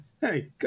hey